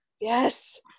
Yes